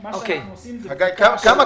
חגי, כמה